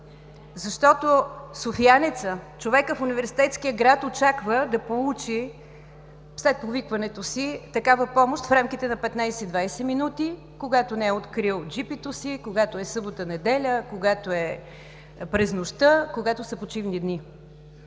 Защото софиянецът, човекът в университетския град очаква да получи след повикването си такава помощ в рамките на 15-20 минути, когато не е открил джипито си, когато е събота-неделя, когато е през нощта, когато са почивни дни,